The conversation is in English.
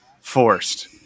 forced